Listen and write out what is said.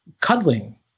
cuddling